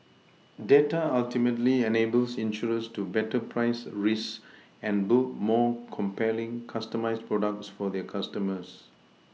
data ultimately enables insurers to better price risk and build more compelling customised products for their customers